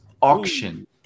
auction